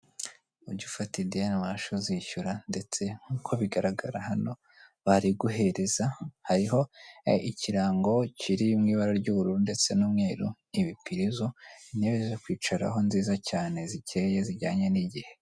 Ujye ufata ideni ubasha uzishyura ndetse nk'uko bigaragara hano bari guhereza hariho ikirango kiri mw'ibara ry'ubururu ndetse n'umweru ibipirizo intebe zo kwicaraho nziza cyane zikeye zijyanye n'igihe.